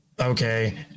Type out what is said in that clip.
okay